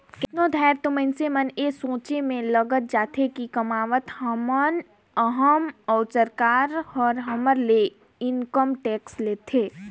कतनो धाएर तो मइनसे मन ए सोंचे में लइग जाथें कि कमावत हमन अहन अउ सरकार ह हमर ले इनकम टेक्स लेथे